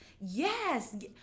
yes